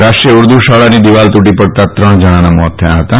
રાષ્ટ્રીય ઉર્દુશાળાની દીવાલ તૂટી પડતાં ત્રણ જણાંના મોત થયાં હતાં